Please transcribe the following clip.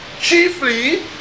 chiefly